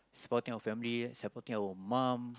supporting our family supporting our mum